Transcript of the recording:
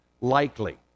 likely